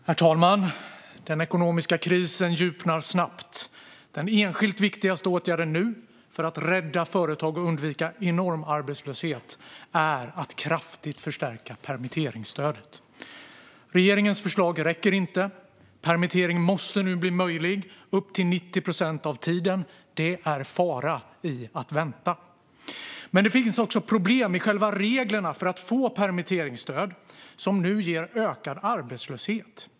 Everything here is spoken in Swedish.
Herr talman! Den ekonomiska krisen djupnar snabbt. Den enskilt viktigaste åtgärden för att rädda företag och undvika enorm arbetslöshet är nu att kraftigt förstärka permitteringsstödet. Regeringens förslag räcker inte. Permittering måste bli möjlig upp till 90 procent av tiden. Det finns en fara i att vänta. Men det finns också problem med själva reglerna för att få permitteringsstöd. De leder nu till ökad arbetslöshet.